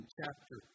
chapter